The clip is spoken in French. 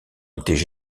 étaient